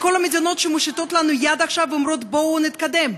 לכל המדינות שמושיטות לנו יד עכשיו ואומרות בואו נתקדם,